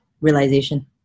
realization